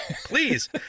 please